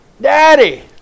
Daddy